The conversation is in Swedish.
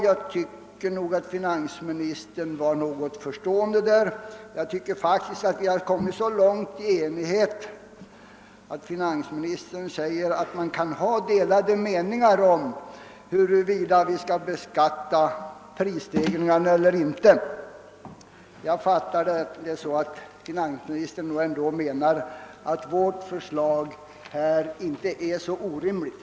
Jag tyckte att finansministern visade sig förstående på den punkten; finansministern sade att man kan ha delade meningar om huruvida vi skall beskatta prisstegringarna eller inte. Jag fattade detta så, att finansministern nog ändå menar att vårt förslag inte är så orimligt.